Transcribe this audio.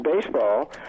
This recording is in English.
baseball